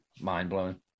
mind-blowing